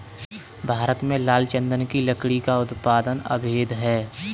भारत में लाल चंदन की लकड़ी का उत्पादन अवैध है